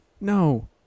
No